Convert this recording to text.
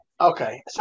Okay